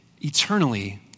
eternally